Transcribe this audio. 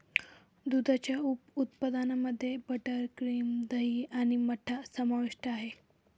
दुधाच्या उप उत्पादनांमध्ये मध्ये बटर, क्रीम, दही आणि मठ्ठा समाविष्ट आहे